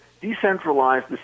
decentralized